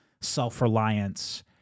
self-reliance